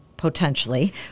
potentially